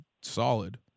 solid